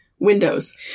windows